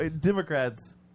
Democrats